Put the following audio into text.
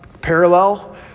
parallel